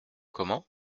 comment